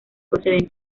procedente